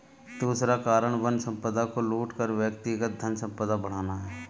दूसरा कारण वन संपदा को लूट कर व्यक्तिगत धनसंपदा बढ़ाना है